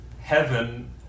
heaven